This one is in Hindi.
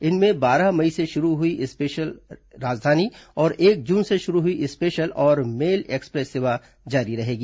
इनमें बारह मई से शुरू हई स्पेशल राजधानी और एक जुन से शुरू हई स्पेशल और मेल एक्सप्रेस सेवा जारी रहेगी